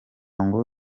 ngo